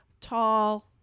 tall